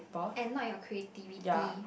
at night your creativity